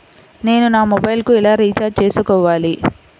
నేను నా మొబైల్కు ఎలా రీఛార్జ్ చేసుకోవాలి?